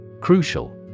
Crucial